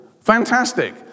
fantastic